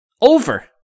Over